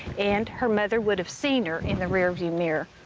and her mother would have seen her in the rear view mirror.